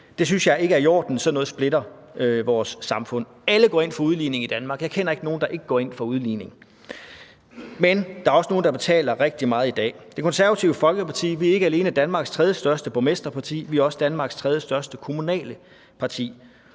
Det synes jeg ikke er i orden, sådan noget splitter vores samfund. Alle går ind for udligning i Danmark. Jeg kender ikke nogen, der ikke går ind for udligning. Men der er også nogle, der betaler rigtig meget i dag. Det Konservative Folkeparti er ikke alene Danmarks tredjestørste borgmesterparti, vi er også Danmarks tredjestørste kommunale parti.